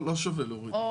לא שווה להוריד.